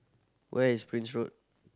where is Prince Road